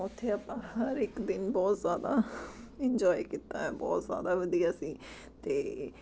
ਉੱਥੇ ਆਪਾਂ ਹਰ ਇੱਕ ਦਿਨ ਬਹੁਤ ਜ਼ਿਆਦਾ ਇੰਜੋਏ ਕੀਤਾ ਹੈ ਬਹੁਤ ਜ਼ਿਆਦਾ ਵਧੀਆ ਸੀ ਅਤੇ